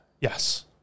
Yes